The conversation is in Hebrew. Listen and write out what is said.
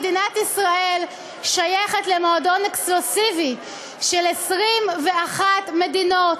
מדינת ישראל שייכת למועדון אקסקלוסיבי של 21 מדינות